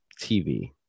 TV